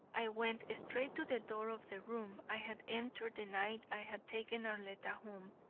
i went straight to the door of the room i had entered the night i had taken arletta home.